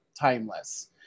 timeless